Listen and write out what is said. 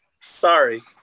Sorry